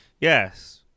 Yes